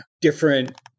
Different